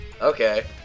Okay